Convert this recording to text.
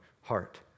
heart